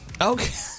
Okay